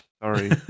Sorry